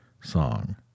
song